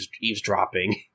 eavesdropping